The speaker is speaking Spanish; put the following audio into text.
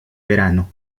verano